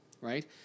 right